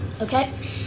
Okay